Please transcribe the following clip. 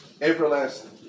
everlasting